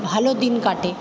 ভালো দিন কাটে